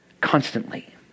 constantly